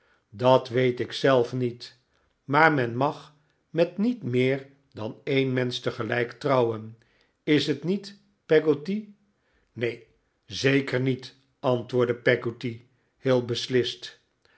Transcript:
dat weet ik zelf niet maar men mag met niet meer dan een mensch tegelijk trouwen is het niet peggotty neen zeker niet antwoordde peggotty heel beslist